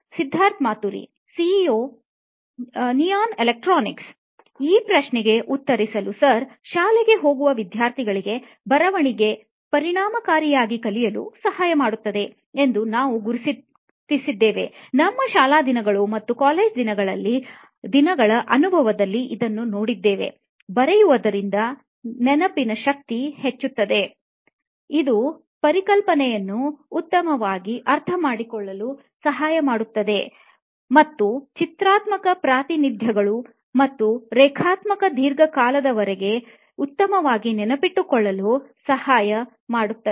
Siddharth Maturi CEO neon electronics ಈ ಪ್ರಶ್ನೆಗೆ ಉತ್ತರಿಸಲು ಸರ್ ಶಾಲೆಗೆ ಹೋಗುವ ವಿದ್ಯಾರ್ಥಿಗಳಿಗೆ ಬರವಣಿಗೆ ಪರಿಣಾಮಕಾರಿಯಾಗಿ ಕಲಿಯಲು ಸಹಾಯ ಮಾಡುತ್ತದೆ ಎಂದು ನಾವು ಗುರುತಿಸಿದ್ದೇವೆ ನಮ್ಮ ಶಾಲಾ ದಿನಗಳು ಮತ್ತು ಕಾಲೇಜು ದಿನಗಳ ಅನುಭವದಲ್ಲಿ ಇದನ್ನು ನೋಡಿದ್ದೇವೆ ಬರೆಯುವುದರಿಂದ ನಿನಪಿನ ಶಕ್ತಿ ಹೆಚ್ಚುತ್ತದೆ ಇದು ಪರಿಕಲ್ಪನೆಗಳನ್ನು ಉತ್ತಮವಾಗಿ ಅರ್ಥಮಾಡಿಕೊಳ್ಳಲು ಸಹಾಯ ಮಾಡುತ್ತದೆ ಮತ್ತು ಚಿತ್ರಾತ್ಮಕ ಪ್ರಾತಿನಿಧ್ಯಗಳು ಮತ್ತು ರೇಖಾಚಿತ್ರಗಳನ್ನು ದೀರ್ಘಕಾಲದವರೆಗೆ ಉತ್ತಮವಾಗಿ ನೆನಪಿಟ್ಟುಕೊಳ್ಳಲು ಸಹಾಯ ಮಾಡುತ್ತದೆ